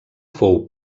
fou